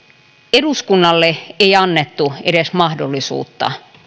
eduskunnalle ei annettu edes mahdollisuutta